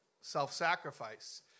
self-sacrifice